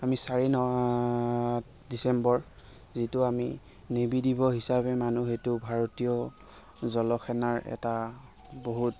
আমি চাৰি ন ডিচেম্বৰ যিটো আমি নেভী দিৱস হিচাপে মানো সেইটো ভাৰতীয় জলসেনাৰ এটা বহুত